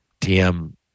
TM